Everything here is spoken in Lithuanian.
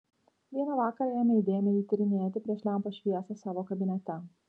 vieną vakarą ėmė įdėmiai jį tyrinėti prieš lempos šviesą savo kabinete